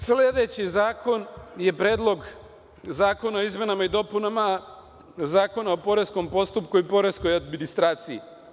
Sledeći zakon je Predlog zakona o izmenama i dopunama Zakona o poreskom postupku i poreskoj administraciji.